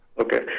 Okay